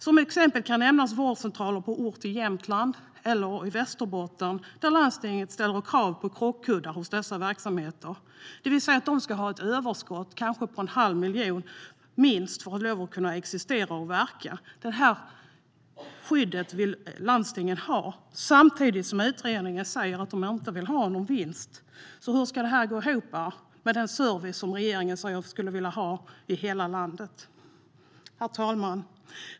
Som exempel kan jag nämna vårdcentralen på en ort i Jämtland eller Västerbotten där landstinget ställer krav på "krockkuddar" hos verksamheten. Det innebär att de ska ha ett överskott på kanske en halv miljon för att få existera och verka. Detta skydd vill landstingen ha. Samtidigt säger utredningen att den inte vill ha någon vinst. Hur ska detta gå ihop med den service som regeringen säger sig vilja ha i hela landet? Herr talman!